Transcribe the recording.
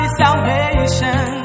salvation